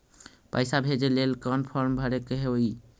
पैसा भेजे लेल कौन फार्म भरे के होई?